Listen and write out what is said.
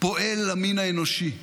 פועל המין האנושי,